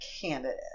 candidate